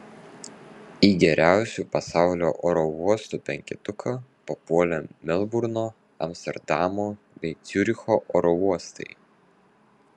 į geriausių pasaulio oro uostų penketuką papuolė melburno amsterdamo bei ciuricho oro uostai